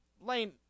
Lane